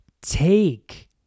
take